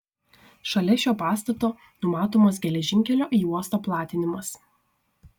šalia šio pastato numatomas geležinkelio į uostą platinimas